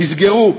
נסגרו.